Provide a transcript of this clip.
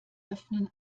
öffnen